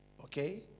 Okay